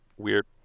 weird